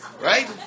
Right